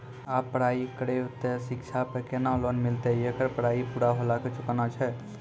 आप पराई करेव ते शिक्षा पे केना लोन मिलते येकर मे पराई पुरा होला के चुकाना छै?